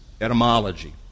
etymology